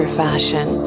fashion